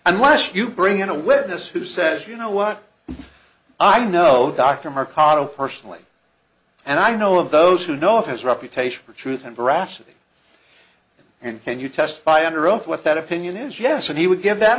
unless you bring in a witness who says you know what i know dr mark cottle personally and i know of those who know of his reputation for truth and veracity and can you testify under oath what that opinion is yes and he would give that